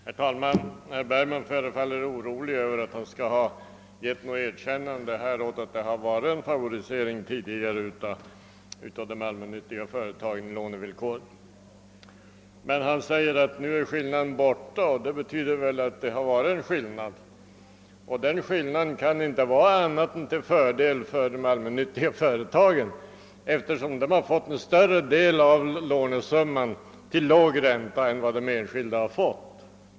Herr talman! Herr Bergman förefaller orolig för att han skulle ha givit något erkännande åt att det tidigare har förekommit en favorisering av de allmännyttiga företagen i fråga om lånevillkoren. Han säger att nu är skillnaden borta. Detta innebär väl att han medger att det har varit en skillnad tidigare. Den skillnaden kan inte ha varit annat än till fördel för de allmännyttiga företagen eftersom de har fått en större andel av lånesumman till låg ränta än vad de enskilda har fått.